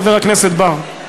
חבר הכנסת בר?